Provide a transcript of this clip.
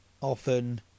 often